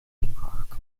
gebracht